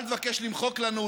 אל תבקש למחוק לנו,